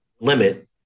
limit